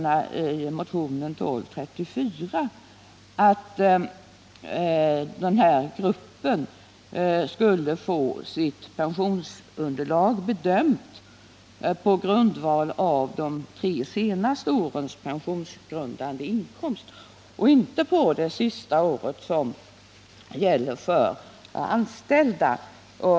Där säger motionärerna nämligen att denna grupp personer skulle få sitt pensionsunderlag bedömt på grundval av de tre senaste årens pensionsgrundande inkomst och inte på det senaste årets, som gäller för anställda.